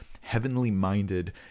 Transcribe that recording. heavenly-minded